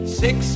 six